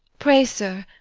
pray, sir,